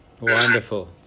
Wonderful